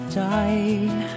die